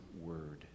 word